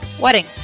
Wedding